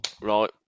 right